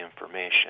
information